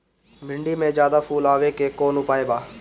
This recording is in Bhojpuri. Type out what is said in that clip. भिन्डी में ज्यादा फुल आवे के कौन उपाय बा?